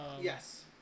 Yes